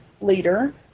leader